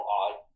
odd